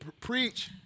Preach